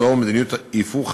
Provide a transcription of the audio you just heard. על-פי נתוני ה-OECD,